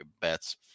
bets